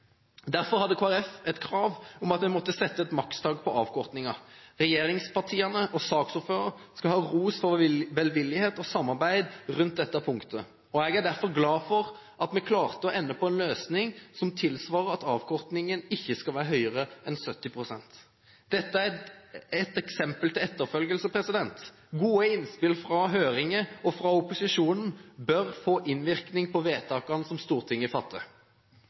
Derfor hadde Kristelig Folkeparti et krav om at vi måtte sette et makstak på avkortingen. Regjeringspartiene og saksordføreren skal ha ros for velvillighet og samarbeid rundt dette punktet, og jeg er glad for at vi klarte å ende på en løsning som tilsvarer at avkortingen ikke skal være høyere enn 70 pst. Dette er et eksempel til etterfølgelse. Gode innspill fra høringer og fra opposisjonen bør få innvirkning på vedtakene som Stortinget fatter.